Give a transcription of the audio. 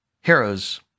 Heroes